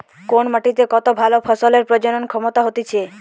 কোন মাটিতে কত ভালো ফসলের প্রজনন ক্ষমতা হতিছে